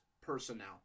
personnel